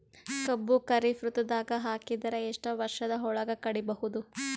ಕಬ್ಬು ಖರೀಫ್ ಋತುದಾಗ ಹಾಕಿದರ ಎಷ್ಟ ವರ್ಷದ ಒಳಗ ಕಡಿಬಹುದು?